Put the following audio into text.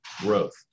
growth